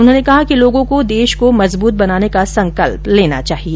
उन्होंने कहा कि लोगों को देश को मजबूत बनाने का संकल्प लेना चाहिए